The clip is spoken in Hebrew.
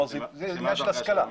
זה עניין של השכלה.